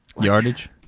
Yardage